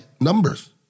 numbers